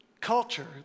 culture